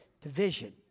division